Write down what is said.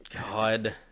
god